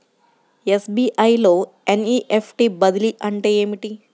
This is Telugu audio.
ఎస్.బీ.ఐ లో ఎన్.ఈ.ఎఫ్.టీ బదిలీ అంటే ఏమిటి?